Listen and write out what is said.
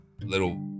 Little